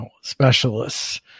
specialists